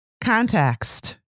Context